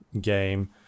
game